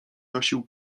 nosił